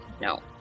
No